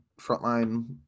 frontline